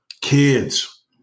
Kids